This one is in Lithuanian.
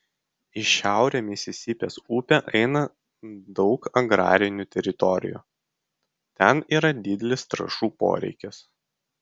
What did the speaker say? į šiaurę misisipės upe eina daug agrarinių teritorijų ten yra didelis trąšų poreikis